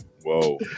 Whoa